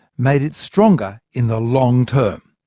made it stronger in the long term.